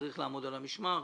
צריך לעמוד על המשמר,